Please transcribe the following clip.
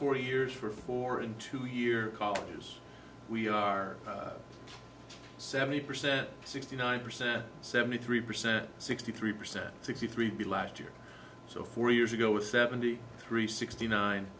forty years for four and two year college years we are seventy percent sixty nine percent seventy three percent sixty three percent sixty three b last year so four years ago with seventy three sixty